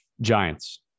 Giants